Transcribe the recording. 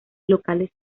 locales